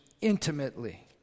intimately